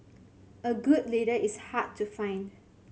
a good leader is hard to find